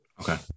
Okay